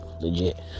legit